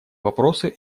вопросу